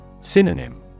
Synonym